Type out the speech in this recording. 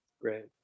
Great